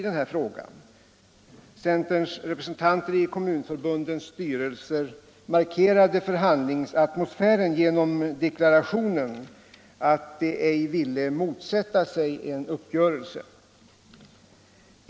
Centerpartiets representanter i kommunförbundens styrelser markerade förhandlingsatmosfären genom deklarationen att de ej ville motsätta sig en uppgörelse.